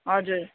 हजुर